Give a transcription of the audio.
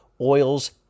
oils